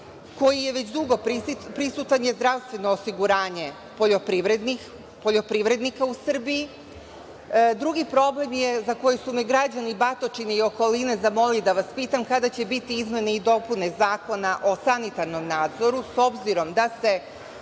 koji je već dugo prisutan je zdravstveno osiguranje poljoprivrednika u Srbiji. Drugi problem za koji su mi građani Batočine i okoline zamolili da vas pitam – kada će biti izmene i dopune Zakona o sanitarnom nadzoru, s obzirom da se